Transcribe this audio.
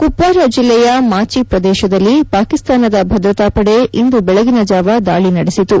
ಕುಪ್ವಾರ ಜಿಲ್ಲೆಯ ಮಾಚಿ ಪ್ರದೇಶದಲ್ಲಿ ಪಾಕಿಸ್ತಾನದ ಭದ್ರತಾಪಡೆ ಇಂದು ಬೆಳಗಿನ ಜಾವ ದಾಳಿ ನಡೆಸಿತು